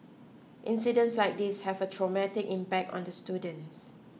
incidents like these have a traumatic impact on the students